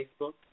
Facebook